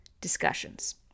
discussions